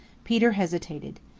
peter hesitated.